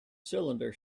cylinder